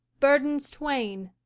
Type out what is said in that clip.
burdens twain,